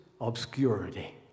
obscurity